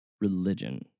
religion